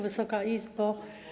Wysoka Izbo!